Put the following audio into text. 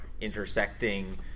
intersecting